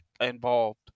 involved